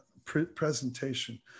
presentation